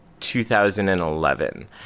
2011